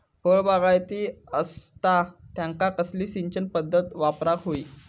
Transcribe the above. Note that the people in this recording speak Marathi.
फळबागायती असता त्यांका कसली सिंचन पदधत वापराक होई?